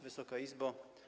Wysoka Izbo!